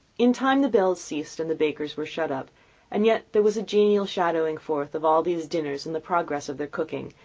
in time the bells ceased, and the bakers were shut up and yet there was a genial shadowing forth of all these dinners and the progress of their cooking,